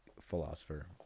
philosopher